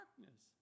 darkness